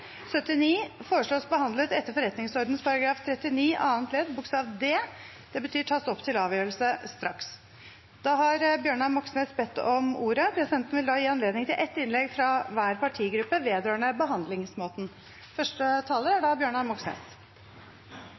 79 behandles etter forretningsordenen § 39 annet ledd d, det betyr at det tas opp til avgjørelse straks. Bjørnar Moxnes har bedt om ordet. Presidenten vil gi anledning til ett innlegg fra hver partigruppe vedrørende behandlingsmåten. Til behandlingsmåten og framgangsmåten: Det er